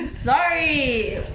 sorry